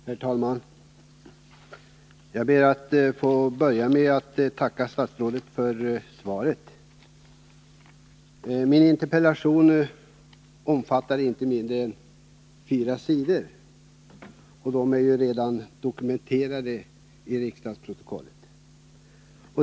Herr talman! Jag ber att få börja med att tacka statsrådet för svaret. Min interpellation omfattade inte mindre än fyra maskinskrivna sidor, och de är redan dokumenterade i riksdagens protokoll.